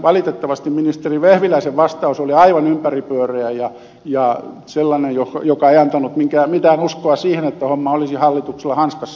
valitettavasti ministeri vehviläisen vastaus oli aivan ympäripyöreä ja sellainen joka ei antanut mitään uskoa siihen että homma olisi hallituksella hanskassa